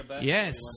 yes